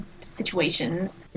situations